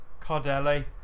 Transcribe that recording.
Cardelli